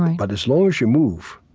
but as long as you move,